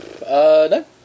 No